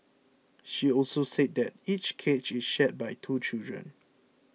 she also said that each cage is shared by two children